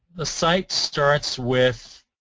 the site starts with